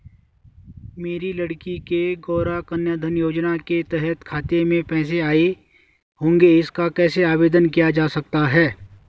मेरी लड़की के गौंरा कन्याधन योजना के तहत खाते में पैसे आए होंगे इसका कैसे आवेदन किया जा सकता है?